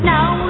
Now